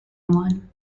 one